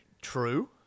true